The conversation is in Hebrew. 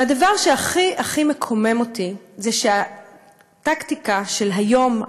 והדבר שהכי הכי הכי מקומם אותי זה שהטקטיקה של היום,